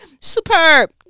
Superb